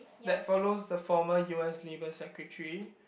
that follows the former U_S labour secretary